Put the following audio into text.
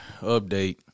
Update